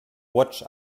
watch